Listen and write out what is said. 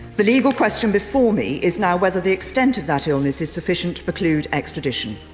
the legal question before me is now whether the extent of that illness is sufficient to preclude extradition.